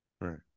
Right